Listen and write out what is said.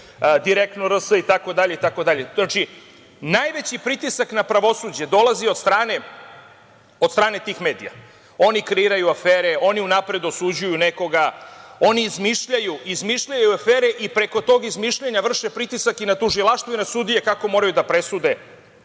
Direktno rs, itd. Znači, najveći pritisak na pravosuđe dolazi od strane tih medija, oni kreiraju afere, oni unapred osuđuju nekoga, oni izmišljaju afere i preko tog izmišljanja vrše pritisak i na tužilaštvo i na sudije kako moraju da presude